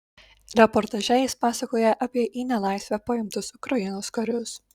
reportaže jis pasakoja apie į nelaisvę paimtus ukrainos karius